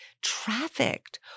trafficked